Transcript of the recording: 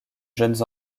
jeunes